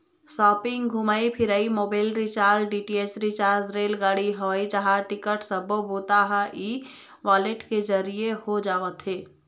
shopping, घूमई फिरई, mobile recharge, DTH recharge, रेलगाड़ी, हवई जहाज टिकट सब्बो बूता ह ई वॉलेट के जरिए हो जावत हे